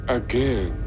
again